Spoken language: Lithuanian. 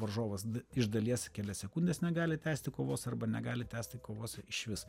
varžovas iš dalies kelias sekundes negali tęsti kovos arba negali tęsti kovos išvis